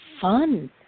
fun